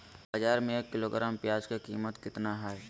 बाजार में एक किलोग्राम प्याज के कीमत कितना हाय?